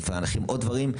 מפענחים עוד דברים.